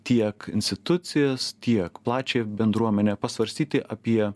tiek institucijas tiek plačiąją bendruomenę pasvarstyti apie